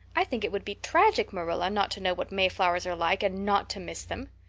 i think it would be tragic, marilla, not to know what mayflowers are like and not to miss them.